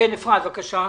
רביזיה.